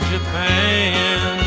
Japan